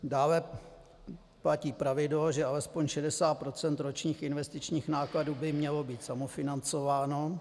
Dále platí pravidlo, že alespoň 60 % ročních investičních nákladů by mělo být samofinancováno.